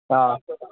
অ